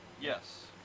Yes